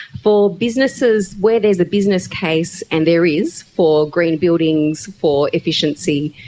for businesses, where there is a business case, and there is, for green buildings, for efficiency,